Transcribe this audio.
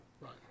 Right